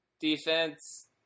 Defense